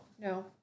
no